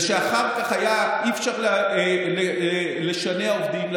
ואחר כך לא היה אפשר לשנע עובדים,